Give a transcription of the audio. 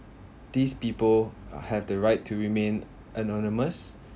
these people uh have the right to remain anonymous